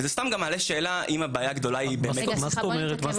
זה מעלה שאלה אם הבעיה הגדולה היא --- מה זאת אומרת?